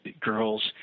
girls